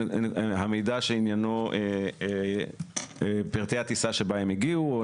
המידע עניינו פרטי הטיסה בה הם הגיעו או